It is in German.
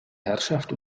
herrschaft